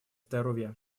здоровья